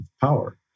power